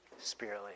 spiritly